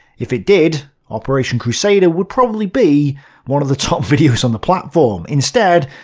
if it did, operation crusader would probably be one of the top videos on the platform. instead,